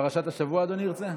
פרשת השבוע, אדוני רוצה?